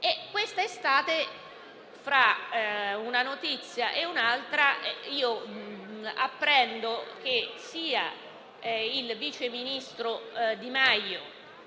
Questa estate, tra una notizia e un'altra, ho appreso che sia il ministro Di Maio,